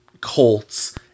Colts